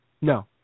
No